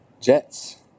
Jets